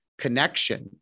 connection